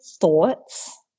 thoughts